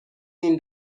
این